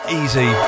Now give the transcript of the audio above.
easy